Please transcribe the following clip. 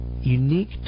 unique